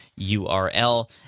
url